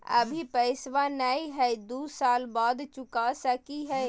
अभि पैसबा नय हय, दू साल बाद चुका सकी हय?